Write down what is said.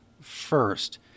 first